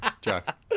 jack